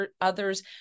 others